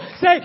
Say